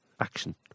action